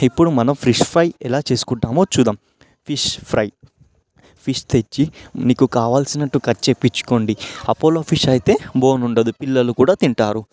ఇప్పుడు మనం fish fry ఎలా చేసుకుంటామో చూద్దాము ఫిష్ ఫ్రై ఫిష్ తెచ్చి నీకు కావలసినట్టు కట్ చేపించుకోండి అపోలో ఫిష్ అయితే బోను ఉండదు పిల్లలు కూడా తింటారు